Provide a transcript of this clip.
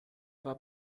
war